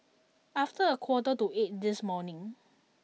after a quarter to eight this morning